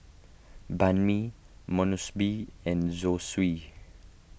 Banh Mi and Zosui